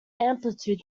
amplitude